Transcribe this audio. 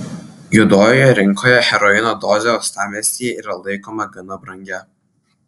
juodojoje rinkoje heroino dozė uostamiestyje yra laikoma gana brangia